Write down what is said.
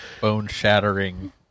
bone-shattering